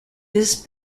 this